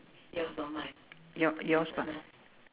y~ yours bah